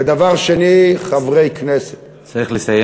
ודבר שני, חברי כנסת, צריך לסיים.